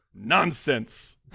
nonsense